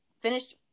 finished